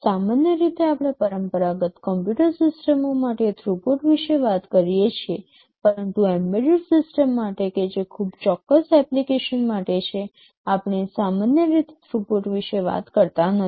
સામાન્ય રીતે આપણે પરંપરાગત કમ્પ્યુટર સિસ્ટમો માટે થ્રુપુટ વિશે વાત કરીએ છીએ પરંતુ એમ્બેડેડ સિસ્ટમ માટે કે જે ખૂબ જ ચોક્કસ એપ્લિકેશન માટે છે આપણે સામાન્ય રીતે થ્રુપુટ વિશે વાત કરતા નથી